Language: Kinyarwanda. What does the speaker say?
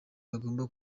bagomba